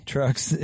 Trucks